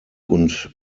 und